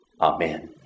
Amen